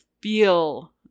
feel